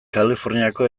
kaliforniako